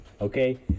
Okay